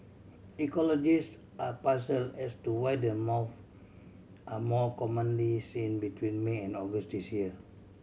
ecologists are puzzle as to why the moths are more commonly seen between May and August this year